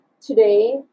today